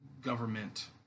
government